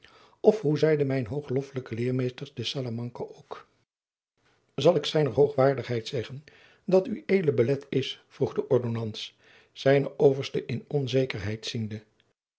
of hoe zeide mijn hoogloffelijke leermeester te salamanka ook al ik zijner hoogwaardigheid zeggen dat ued belet is vroeg de